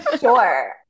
Sure